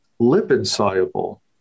lipid-soluble